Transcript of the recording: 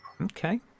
okay